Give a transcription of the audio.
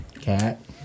cat